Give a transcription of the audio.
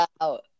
out